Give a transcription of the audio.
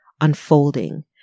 unfolding